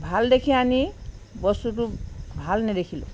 ভাল দেখি আনি বস্তুটো ভাল নেদেখিলোঁ